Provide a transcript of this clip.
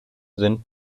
sind